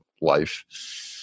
life